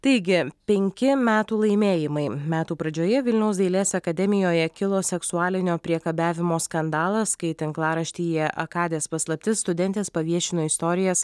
taigi penki metų laimėjimai metų pradžioje vilniaus dailės akademijoje kilo seksualinio priekabiavimo skandalas kai tinklaraštyje akadės paslaptis studentės paviešino istorijas